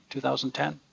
2010